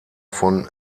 von